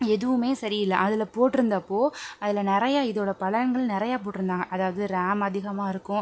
எதுவுமே சரி இல்லை அதில் போட்டு இருந்தப்போ அதில் நிறைய இதோடய பலன்கள் நிறைய போட்டு இருந்தாங்க அதாவது ரேம் அதிகமாக இருக்கும்